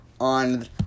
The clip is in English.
on